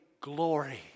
glory